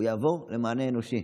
שיעבור למענה אנושי,